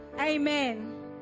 Amen